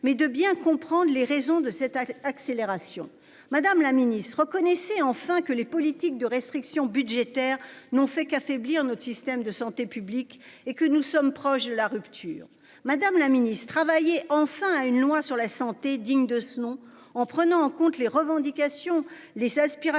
mais de bien comprendre les raisons de cette accélération, madame la Ministre reconnaissait enfin que les politiques de restriction budgétaire n'ont fait qu'affaiblir notre système de santé publique et que nous sommes proches de la rupture, madame la Ministre travailler enfin à une loi sur la santé digne de ce nom en prenant en compte les revendications, les aspirations,